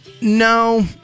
No